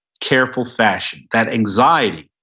careful fashion. that anxiety,